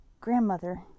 Grandmother